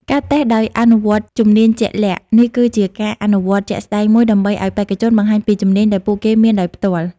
ការតេស្តដោយអនុវត្តជំនាញជាក់លាក់ នេះគឺជាការអនុវត្តជាក់ស្ដែងមួយដើម្បីឲ្យបេក្ខជនបង្ហាញពីជំនាញដែលពួកគេមានដោយផ្ទាល់។